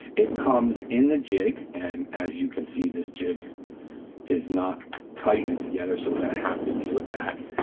it comes in the jig, and as you can see this jig is not tight and together, so we're gonna have to deal with that.